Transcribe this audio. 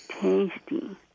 tasty